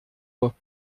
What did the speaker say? pas